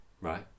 Right